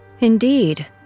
Indeed